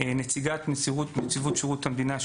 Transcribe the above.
נציגת נציבות שירות המדינה,